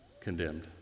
condemned